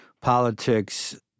politics